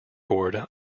board